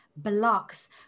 blocks